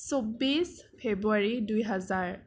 চৌবিছ ফেব্ৰুৱাৰী দুই হাজাৰ